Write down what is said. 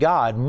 God